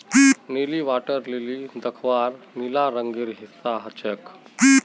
नीली water lily दख्वार नीला रंगेर हिस्सा ह छेक